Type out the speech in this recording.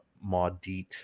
maudit